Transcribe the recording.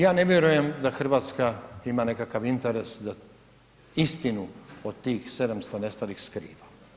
Ja ne vjerujem da Hrvatska ima nekakav interes da istinu o tih 700 nestalih skriva.